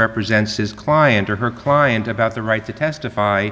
represents his client or her client about the right to testify